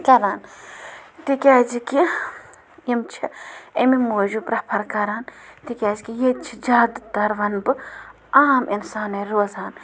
کَران تِکیٛازِکہِ یِم چھِ امہِ موٗجوٗب پرٛٮ۪فَر کَران تِکیٛازکہِ ییٚتہِ چھِ زیادٕ تَر وَنہٕ نہٕ عام اِنسانَے روزان